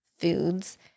foods